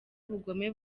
ubugome